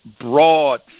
broad